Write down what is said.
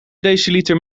deciliter